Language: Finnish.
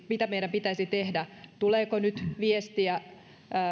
mitä meidän pitäisi tehdä tuleeko nyt viestiä